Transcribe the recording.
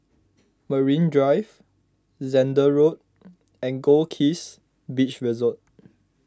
Marine Drive Zehnder Road and Goldkist Beach Resort